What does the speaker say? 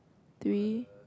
three